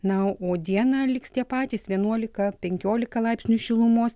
na o dieną liks tie patys vienuolika penkiolika laipsnių šilumos